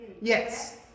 Yes